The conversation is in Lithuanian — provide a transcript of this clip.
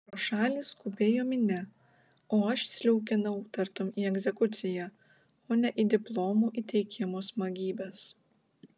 pro šalį skubėjo minia o aš sliūkinau tartum į egzekuciją o ne į diplomų įteikimo smagybes